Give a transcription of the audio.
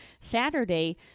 Saturday